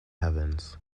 heavens